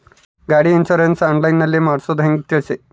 ಗಾಡಿ insurance online ನಲ್ಲಿ ಮಾಡ್ಸೋದು ಹೆಂಗ ತಿಳಿಸಿ?